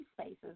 spaces